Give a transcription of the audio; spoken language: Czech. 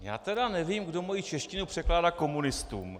Já tedy nevím, kdo moji češtinu překládá komunistům.